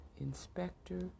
inspector